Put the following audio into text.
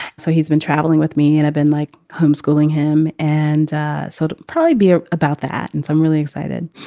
so he's been travelling with me and i've been like homeschooling him. and so sort of probably be ah about that. and i'm really excited.